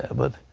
ah but,